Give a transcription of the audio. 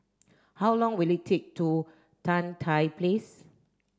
how long will it take to Tan Tye Place